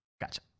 Gotcha